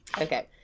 Okay